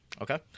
Okay